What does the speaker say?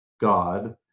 God